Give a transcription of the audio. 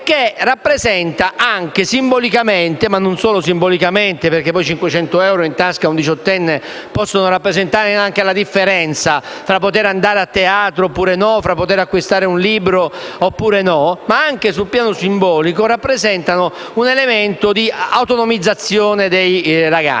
ma che rappresenta, anche simbolicamente (ma non solo simbolicamente, perché 500 euro in tasca a un diciottenne possono rappresentare anche la differenza tra il potere andare a teatro oppure no, tra il poter acquistare un libro oppure no) un elemento di autonomizzazione dei ragazzi.